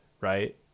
right